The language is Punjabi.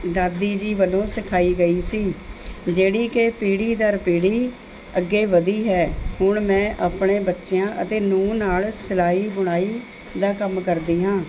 ਦਾਦੀ ਜੀ ਵੱਲੋਂ ਸਿਖਾਈ ਗਈ ਸੀ ਜਿਹੜੀ ਕਿ ਪੀੜ੍ਹੀ ਦਰ ਪੀੜ੍ਹੀ ਅੱਗੇ ਵਧੀ ਹੈ ਹੁਣ ਮੈਂ ਆਪਣੇ ਬੱਚਿਆਂ ਅਤੇ ਨੂੰਹ ਨਾਲ਼ ਸਿਲਾਈ ਬੁਣਾਈ ਦਾ ਕੰਮ ਕਰਦੀ ਹਾਂ